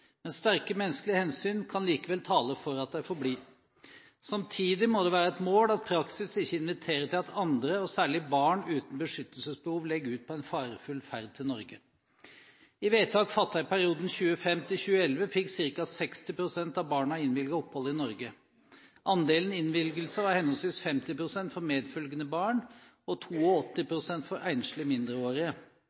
men sterke menneskelige hensyn kan likevel tale for at de får bli. Samtidig må det være et mål at praksis ikke inviterer til at andre – og særlig barn – uten beskyttelsesbehov legger ut på en farefull ferd til Norge. I vedtak fattet i perioden 2005–2011 fikk ca. 60 pst. av barna innvilget opphold i Norge. Andelen innvilgelser var henholdsvis 50 pst. for medfølgende barn og 82 pst. for enslige mindreårige.